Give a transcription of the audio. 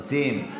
המציעים,